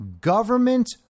government